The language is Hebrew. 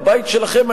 הבית שלכם,